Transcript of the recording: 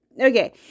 Okay